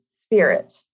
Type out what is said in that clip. spirit